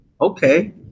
okay